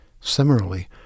Similarly